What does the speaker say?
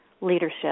leadership